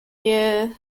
year